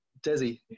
Desi